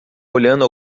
olhando